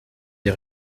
des